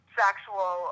sexual